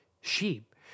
sheep